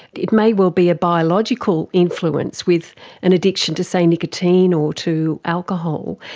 it may well be a biological influence with an addiction to, say, nicotine or to alcohol,